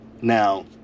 Now